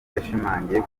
yashimangiye